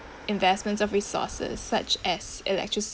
investments of resources such as electricity